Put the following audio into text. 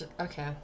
okay